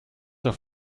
auf